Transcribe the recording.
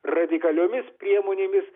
radikaliomis priemonėmis